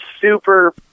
super